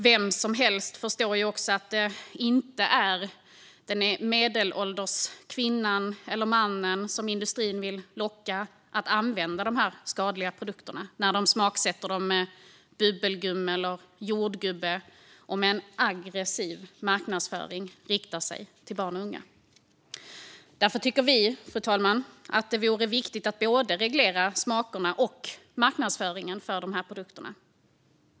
Vem som helt förstår ju också att det inte är den medelålders kvinnan eller mannen som industrin vill locka att använda dessa skadliga produkter när man smaksätter dem med bubbelgums och jordgubbssmak och med en aggressiv marknadsföring riktar sig till barn och unga. Därför tycker vi, fru talman, att det vore viktigt att reglera både smakerna och marknadsföringen av de här produkterna.